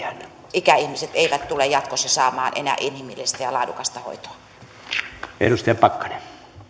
ikäihmiset eivät tule jatkossa saamaan enää inhimillistä ja laadukasta hoitoa